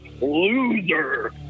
Loser